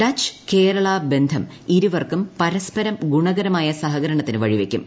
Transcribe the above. Dutch Kerala ബന്ധം ഇരുവർക്കും പരസ്പരം ഗുണകരമായ സഹകരണത്തിന് വഴിവെക്കും